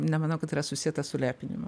nemanau kad tai yra susieta su lepinimu